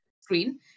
screen